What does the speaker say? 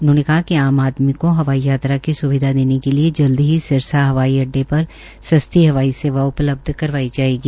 उन्होंने कहा कि आम आदमी को हवाई अड्डे की स्विधा देने के लिये जल्द ही सिरसा हवाई अड्डे सस्ती हवाई सेवा उपलब्ध करवाई जायेगी